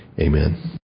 Amen